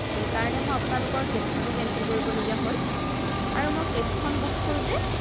সেইকাৰণে মই আপোনালোকৰ কেবখনো কেঞ্চেল কৰিবলগীয়া হ'ল আৰু মই কেবখন বুক কৰোঁতে